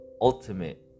ultimate